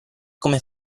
come